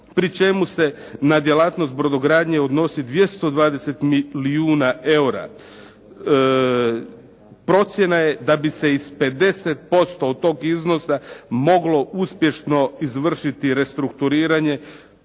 pri čemu se na djelatnost brodogradnje odnosi 220 milijuna eura. Procjena je da bi se i s 50% od tog iznosa moglo uspješno izvršiti restrukturiranje